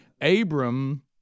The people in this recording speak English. Abram